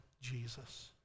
Jesus